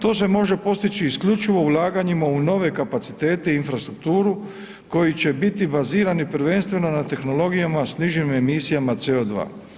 To se može postići isključivo ulaganjima u nove kapacitete i infrastrukturu koji će biti bazirani prvenstveno na tehnologijama s nižim emisijama CO2.